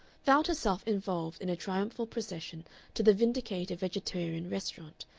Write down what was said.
found herself involved in a triumphal procession to the vindicator vegetarian restaurant,